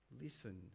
Listen